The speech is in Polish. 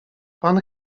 pan